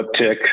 uptick